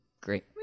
great